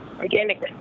organic